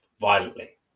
violently